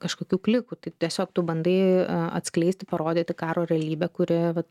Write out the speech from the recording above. kažkokių klikų tai tiesiog tu bandai atskleisti parodyti karo realybę kuri vat